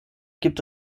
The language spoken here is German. gibt